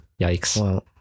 Yikes